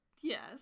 Yes